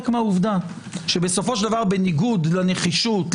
שבסופו של דבר בניגוד לנחישות,